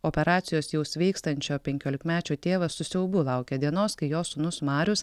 operacijos jau sveikstančio penkiolikmečio tėvas su siaubu laukė dienos kai jo sūnus marius